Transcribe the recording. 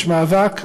יש מאבק,